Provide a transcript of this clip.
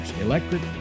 electric